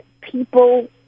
people